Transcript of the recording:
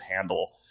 handle